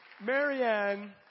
Marianne